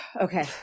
Okay